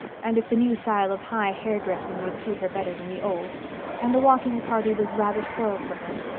and if the new style of high hair-dressing would suit her better than the old and the walking party was rather spoiled for her.